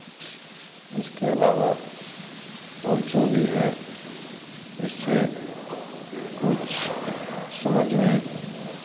इसके अलावा और जो भी है इससे कुछ समझ में